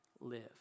live